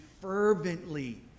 fervently